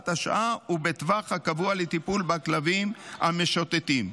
השעה ובטווח הקבוע לטיפול בכלבים המשוטטים.